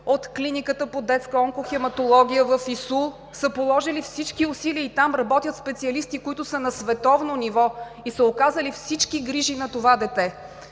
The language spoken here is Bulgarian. от Клиниката по детска онкохематология в ИСУЛ са положили всички усилия – там работят специалисти, които са на световно ниво, и са оказали всички грижи на това дете!